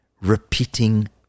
repeating